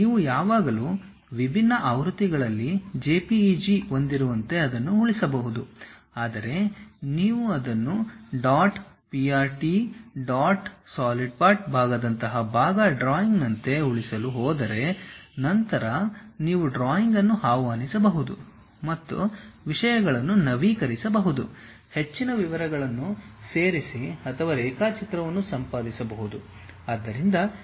ನೀವು ಯಾವಾಗಲೂ ವಿಭಿನ್ನ ಆವೃತ್ತಿಗಳಲ್ಲಿ JPEG ಹೊಂದಿರುವಂತೆ ಅದನ್ನು ಉಳಿಸಬಹುದು ಆದರೆ ನೀವು ಅದನ್ನು dot prt or dot sld part ಭಾಗದಂತಹ ಭಾಗ ಡ್ರಾಯಿಂಗ್ನಂತೆ ಉಳಿಸಲು ಹೋದರೆ ನಂತರ ನೀವು ಡ್ರಾಯಿಂಗ್ ಅನ್ನು ಆಹ್ವಾನಿಸಬಹುದು ಮತ್ತು ವಿಷಯಗಳನ್ನು ನವೀಕರಿಸಿಬಹುದು ಹೆಚ್ಚಿನ ವಿವರಗಳನ್ನು ಸೇರಿಸಿ ಅಥವಾ ರೇಖಾಚಿತ್ರವನ್ನು ಸಂಪಾದಿಸಿಬಹುದು